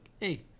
hey